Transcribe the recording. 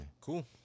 cool